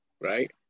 right